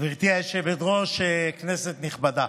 גברתי היושבת-ראש, כנסת נכבדה,